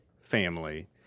family